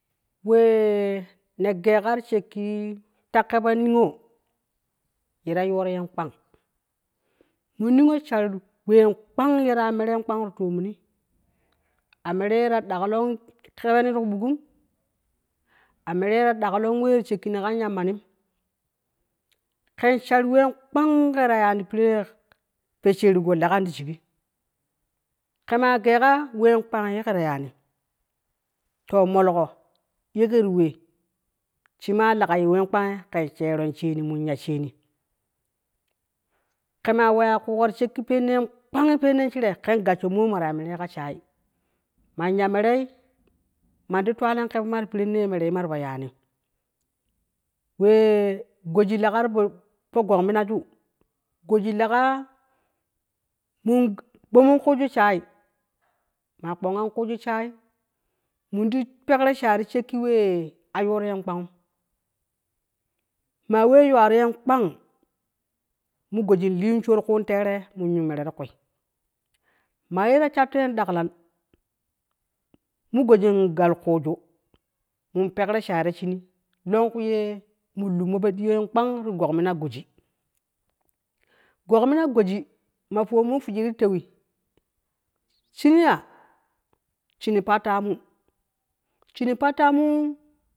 We ne gei ka, na ti shakki kebeniyo, ye ta yoro yen kpang mo niyo shar wen kpang ye ta ya meren kpang, ti to moi a mere yita danklo kebeni ti ku bukgu, a mere ye ta daklon shakki ka yammani ken shar wen kpang, ye ke ta yani, te pere poshere ko lekan ti shige ke ma gei ka wen kwa ye ke ta ya ne to molonko yi ke ti we shima lega ye wen koang ken sheron sheni, ke ma weya kugu ti shakki pene no kpang ken gasho mo mara ye mere shaye, man ya mere ma ti te, lelon kebe ma ti shakki waye ma ra ya ni we goji leka ti fo guk minajui, goji lega gumen kuju shaye, ma gunon ku shaye in ti pero shaye ti shaki we a yuro yen kpang, ma we yuwa ro yen kpang mo goji leni shu ti kune tare, in yu mere ti ku, ma ye ta sharto yen dakla mo goji galkuju in pero shaye ta shin lonku ye mo lunmo fo ɗiyon kpang ti guk mina goji, guk mina goji ma fowon mu feji, ti tewe shin ya shin pa tamu, shin patamu